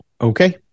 Okay